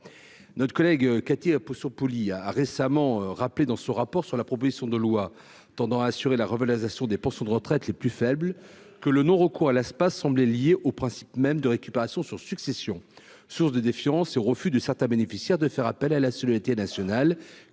notre collègue Cathy la potion a récemment rappelé dans ce rapport sur la proposition de loi tendant à assurer la revalorisation des pensions de retraite les plus faibles que le non-recours à l'espace semblé au principe même de récupération sur succession, source de défiance et au refus de certains bénéficiaires de faire appel à la solidarité nationale,